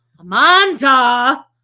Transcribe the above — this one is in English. Amanda